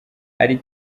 hari